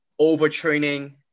overtraining